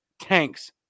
tanks